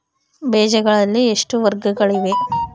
ಬೇಜಗಳಲ್ಲಿ ಎಷ್ಟು ವರ್ಗಗಳಿವೆ?